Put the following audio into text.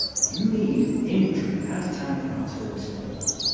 you need infantry, anti-tank and artillery support.